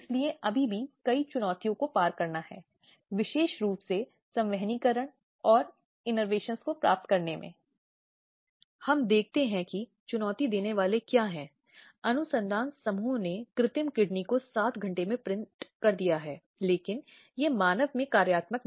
इसलिए घरेलू संबंधों में कोई भी महिला जो घरेलू हिंसा के अधीन है इस मामले में शिकायत हो सकती है और जिसके खिलाफ वह किसी भी वयस्क पुरुष के साथ घरेलू संबंध या विवाह की प्रकृति में संबंध के खिलाफ हो सकती है जैसा कि एक पति का रिश्तेदार